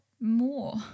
more